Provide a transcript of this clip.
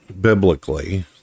biblically